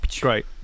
Great